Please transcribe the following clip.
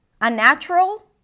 unnatural